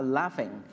laughing